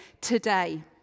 today